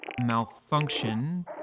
malfunction